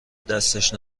دستش